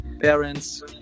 parents